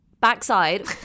backside